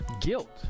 guilt